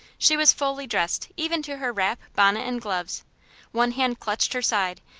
she was fully dressed, even to her wrap, bonnet, and gloves one hand clutched her side,